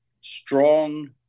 strong